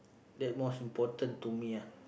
that's most important to me lah